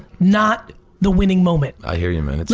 not the winning moment. i hear you, man.